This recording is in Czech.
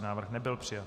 Návrh nebyl přijat.